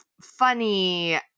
Funny